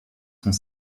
sont